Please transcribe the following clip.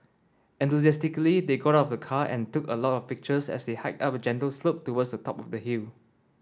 enthusiastically they got out of the car and took a lot of pictures as they hiked up a gentle slope towards the top of the hill